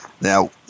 Now